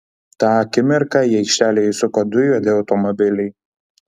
tą akimirką į aikštelę įsuko du juodi automobiliai